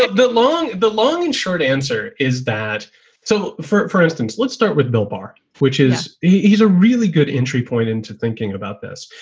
but the long the long and short answer is that so far. for instance, let's start with bill barr, which is is a really good entry point into thinking about this.